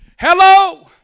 Hello